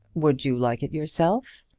would you like it yourself?